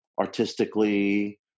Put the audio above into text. artistically